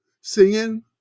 singing